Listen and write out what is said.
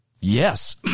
Yes